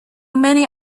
many